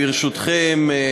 ברשותכם,